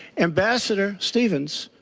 ambassador stevens,